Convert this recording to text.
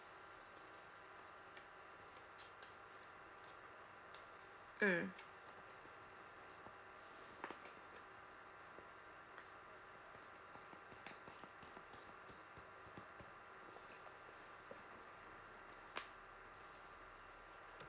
mm